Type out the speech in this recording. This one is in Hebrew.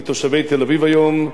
מסתננים שהגיעו מאפריקה